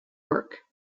work